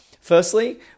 Firstly